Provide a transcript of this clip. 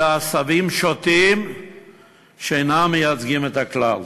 אלה עשבים שוטים שאינם מייצגים את הכלל.